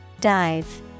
Dive